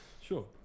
Sure